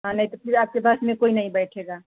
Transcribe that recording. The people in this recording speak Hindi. हाँ नहीं तो फिर आपकी बस में कोई नहीं बैठेगा